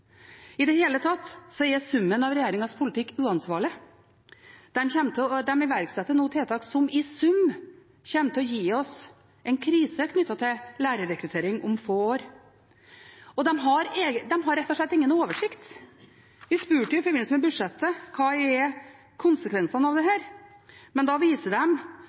I det hele tatt er summen av regjeringens politikk uansvarlig. De iverksetter nå tiltak som i sum kommer til å gi oss en krise knyttet til lærerrekruttering om få år. De har rett og slett ingen oversikt. Vi spurte i forbindelse med budsjettet om hva som er konsekvensene av dette. Da viser